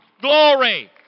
Glory